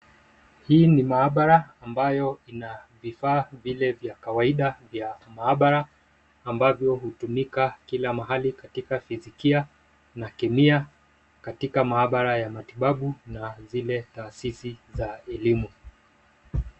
Hii ni mabaraa ambayo ina vifaa vile vya kawaida vya maabara ambavyo hutumika kila mahali katika fisikia na kemia katika maabara ya matibabu na zile taasisi za elimu.